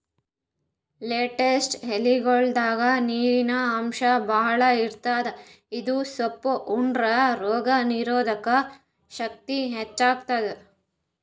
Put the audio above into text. lettuce ಎಲಿಗೊಳ್ದಾಗ್ ನೀರಿನ್ ಅಂಶ್ ಭಾಳ್ ಇರ್ತದ್ ಇದು ಸೊಪ್ಪ್ ಉಂಡ್ರ ರೋಗ್ ನೀರೊದಕ್ ಶಕ್ತಿ ಹೆಚ್ತಾದ್